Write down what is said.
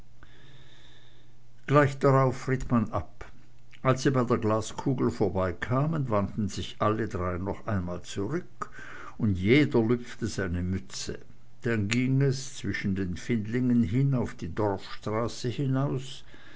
gleich danach ritt man ab als sie bei der glaskugel vorbeikamen wandten sich alle drei noch einmal zurück und jeder lüpfte seine mütze dann ging es zwischen den findlingen hin auf die dorfstraße hinaus